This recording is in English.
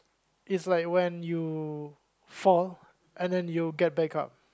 it's like when you fall and then you get back up